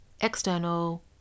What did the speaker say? external